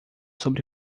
sobre